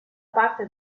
parte